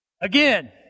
Again